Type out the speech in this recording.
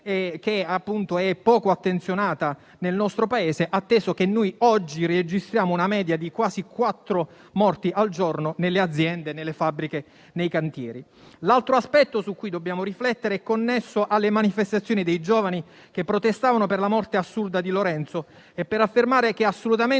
che è poco attenzionata nel nostro Paese, atteso che oggi registriamo una media di quasi quattro morti al giorno nelle aziende, nelle fabbriche, nei cantieri. L'altro aspetto su cui dobbiamo riflettere è connesso alle manifestazioni dei giovani che protestavano per la morte assurda di Lorenzo e per affermare che è assolutamente